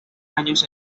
años